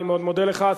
אני מאוד מודה לך.